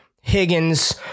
Higgins